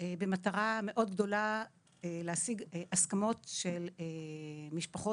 במטרה מאוד גדולה להשיג הסכמות של משפחות